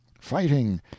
fighting